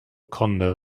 conda